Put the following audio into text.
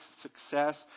success